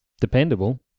dependable